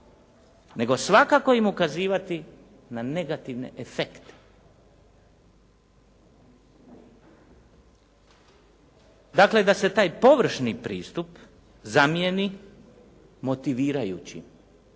nego svakako im ukazivati na negativne efekte. Dakle da se taj površni pristup zamijeni motivirajućim,